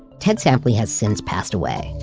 ted sampley has since passed away,